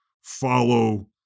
follow